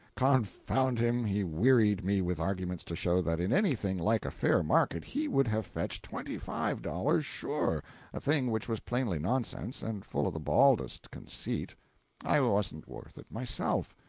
confound him, he wearied me with arguments to show that in anything like a fair market he would have fetched twenty-five dollars, sure a thing which was plainly nonsense, and full or the baldest conceit i wasn't worth it myself.